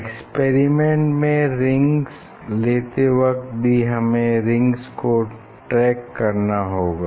experiment में reading लेते वक़्त भी हमें रिंग्स को ट्रैक करना होगा